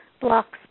blocks